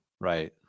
right